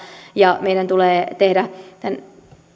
ja meidän tulee tehdä